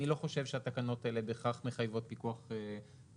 אני לא חושב שהתקנות האלה בהכרח מחייבות פיקוח פרלמנטרי.